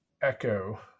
echo